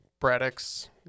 Braddock's